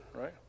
Right